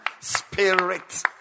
spirit